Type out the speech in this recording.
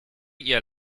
ihr